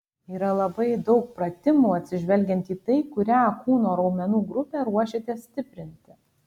yra labai daug pratimų atsižvelgiant į tai kurią kūno raumenų grupę ruošiatės stiprinti